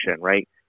right